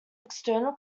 external